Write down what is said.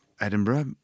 Edinburgh